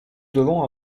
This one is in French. devons